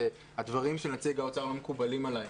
הדברים של נציג האוצר לא מקובלים עליי.